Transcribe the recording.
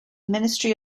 ministry